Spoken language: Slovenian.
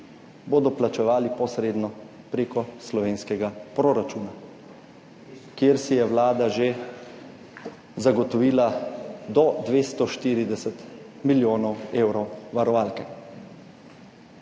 bodo plačevali posredno preko slovenskega proračuna, kjer si je Vlada že zagotovila do 240 milijonov evrov varovalke.